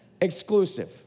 exclusive